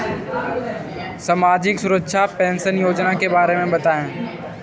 सामाजिक सुरक्षा पेंशन योजना के बारे में बताएँ?